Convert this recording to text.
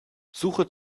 suche